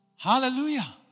Hallelujah